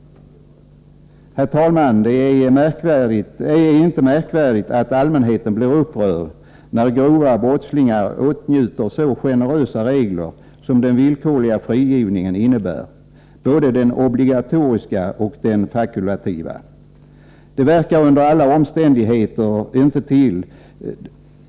Herr talman! Det är inte märkvärdigt att allmänheten blir upprörd när grova brottslingar åtnjuter så generösa regler som den villkorliga frigivningen innebär — både den obligatoriska och den fakultativa.